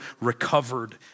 recovered